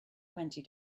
twenty